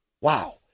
Wow